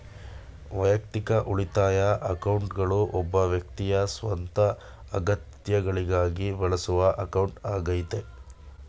ವೈಯಕ್ತಿಕ ಉಳಿತಾಯ ಅಕೌಂಟ್ಗಳು ಒಬ್ಬ ವ್ಯಕ್ತಿಯ ಸ್ವಂತ ಅಗತ್ಯಗಳಿಗಾಗಿ ಬಳಸುವ ಅಕೌಂಟ್ ಆಗೈತೆ